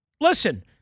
listen